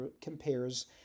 compares